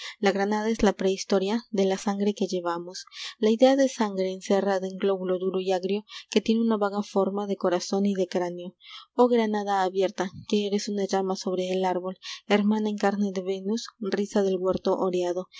pa granada es la prehistoria p e la sangre que llevamos la idea de sangre encerrada en glóbulo duro y agrio que tiene una vaga forma de corazón y de cráneo oh granada abierta que eres una llama sobre el árbol hermana en carne de venus risa del huerto oreado